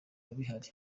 bihari